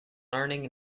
learning